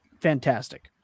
Fantastic